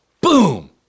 boom